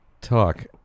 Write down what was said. talk